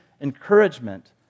encouragement